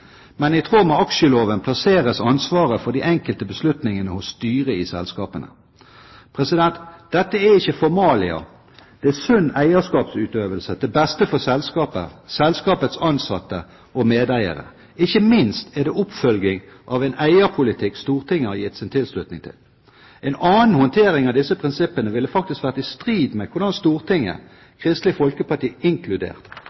men i tråd med aksjeloven plasseres ansvaret for de enkelte beslutningene hos styret i selskapene. Dette er ikke formalia. Det er sunn eierskapsutøvelse til beste for selskapet, selskapets ansatte og medeiere. Ikke minst er det oppfølging av en eierpolitikk Stortinget har gitt sin tilslutning til. En annen håndtering av disse prinsippene ville faktisk vært i strid med hvordan